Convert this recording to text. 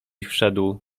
wszedł